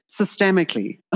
systemically